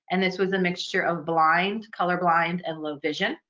and this was a mixture of blind, color blind, and low vision.